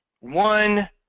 One